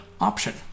option